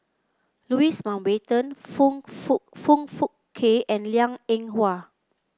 Louis Mountbatten Foong Fook Foong Fook Kay and Liang Eng Hwa